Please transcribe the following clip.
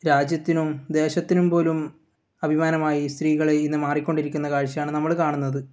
രാജ്യത്തിനും ദേശത്തിനും പോലും അഭിമാനമായി സ്ത്രീകൾ ഇന്ന് മാറിക്കൊണ്ടിരിക്കുന്ന കാഴ്ചയാണ് നമ്മൾ കാണുന്നത്